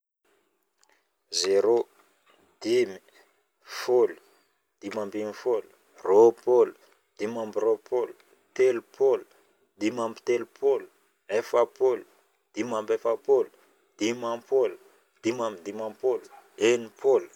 Zéro, dimy, folo, dimy ambin'ny folo, roapolo, dimy amby roapolo, telopolo, dimy amby telopolo, efapolo, dimy amby efapolo, dimampolo, dimy amby dimampolo, enimpolo.